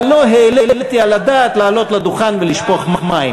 אבל לא העליתי על הדעת לעלות לדוכן ולשפוך מים.